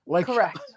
Correct